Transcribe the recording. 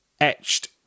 etched